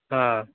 હા